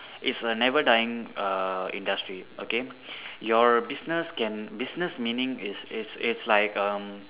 is a never dying err industry okay your business can business meaning it's it's it's like um